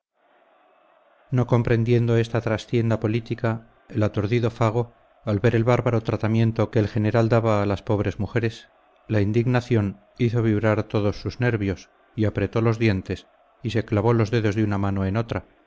no comprendiendo esta trastienda política el aturdido fago al ver el bárbaro tratamiento que el general daba a las pobres mujeres la indignación hizo vibrar todos sus nervios y apretó los dientes y se clavó los dedos de una mano en otra